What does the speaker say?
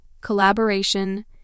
collaboration